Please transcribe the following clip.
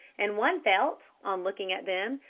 and one felt, on looking at them,